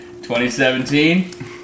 2017